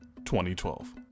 2012